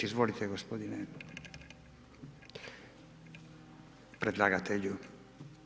Izvolite gospodine predlagatelju.